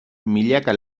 milaka